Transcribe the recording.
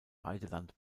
weideland